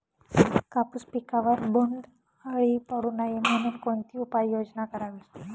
कापूस पिकावर बोंडअळी पडू नये म्हणून कोणती उपाययोजना करावी?